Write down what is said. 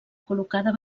col·locada